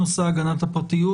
נושא הגנת הפרטיות